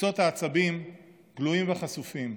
וקצות העצבים גלויים וחשופים.